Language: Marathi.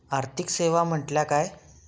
आर्थिक सेवा म्हटल्या काय?